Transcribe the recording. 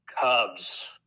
Cubs